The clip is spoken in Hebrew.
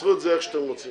תנסחו את זה איך שאתם רוצים.